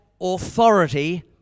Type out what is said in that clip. authority